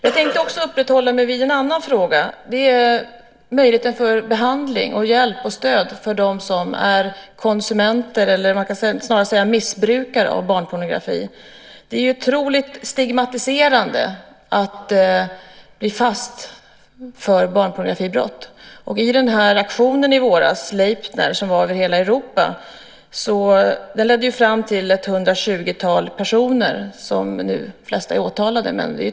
Jag tänkte också uppehålla mig vid en annan fråga, nämligen möjligheten till behandling, hjälp och stöd för dem som är konsumenter eller kanske snarare missbrukare av barnpornografi. Det är ju otroligt stigmatiserande att bli fast för barnpornografibrott. Den aktion som genomfördes över hela Europa i våras, Sleipner, ledde fram till ett 120-tal personer varav de flesta nu är åtalade.